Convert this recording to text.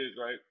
right